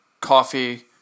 Coffee